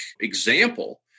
example